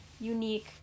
unique